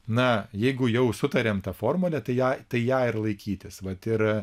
na jeigu jau sutariam tą formulę tai ją tai ją ir laikytis vat ir